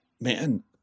man